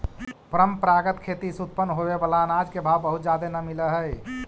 परंपरागत खेती से उत्पन्न होबे बला अनाज के भाव बहुत जादे न मिल हई